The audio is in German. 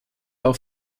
auch